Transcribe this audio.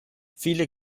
viele